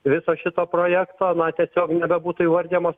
viso šito projekto na tiesiog nebebūtų įvardijamos